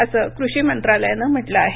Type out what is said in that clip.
असं कृषी मंत्रालयानं म्हटलं आहे